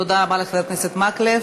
תודה רבה לחבר הכנסת מקלב.